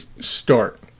start